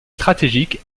stratégique